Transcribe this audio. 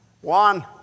one